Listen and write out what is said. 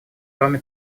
кроме